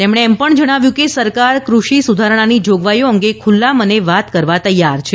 તેમણે જણાવ્યું કે સરકાર ફષિ સુધારણાની જોગવાઈઓ અંગે ખુલ્લા મને વાત કરવા તૈયાર છે